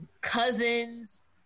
cousins